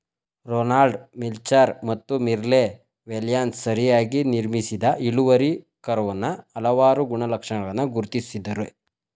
Ronald Melichar ಮತ್ತು Merle Welshons ಸರಿಯಾಗಿ ನಿರ್ಮಿಸಿದ ಇಳುವರಿ ಕರ್ವಾನ ಹಲವಾರು ಗುಣಲಕ್ಷಣಗಳನ್ನ ಗುರ್ತಿಸಿದ್ದಾರೆ